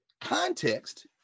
context